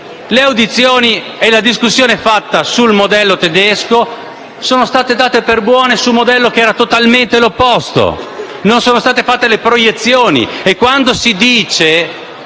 Le audizioni e le discussioni svolte sul modello tedesco sono state date per buone su un modello che era totalmente l'opposto. Non sono state fatte le proiezioni